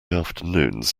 afternoons